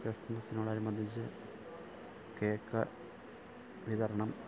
ക്രിസ്മസിനോട് അനുബന്ധിച്ച് കേക്ക് വിതരണം